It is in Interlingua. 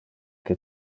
que